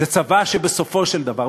זה צבא שבסופו של דבר,